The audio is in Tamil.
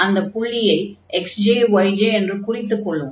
அந்தப் புள்ளியை xj yj என்று குறித்துக் கொள்வோம்